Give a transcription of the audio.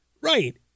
right